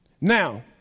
now